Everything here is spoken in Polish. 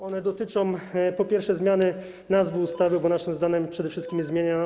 One dotyczą, po pierwsze, zmiany nazwy ustawy, bo naszym zdaniem przede wszystkim jest zmieniana